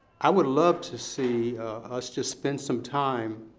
i would love to see us to spend some time